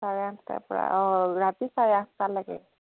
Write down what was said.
চাৰে আঠটাৰপৰা অঁ ৰাতি চাৰে আঠটালৈকে